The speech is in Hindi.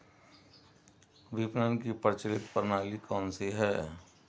विपणन की प्रचलित प्रणाली कौनसी है?